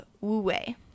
wu-wei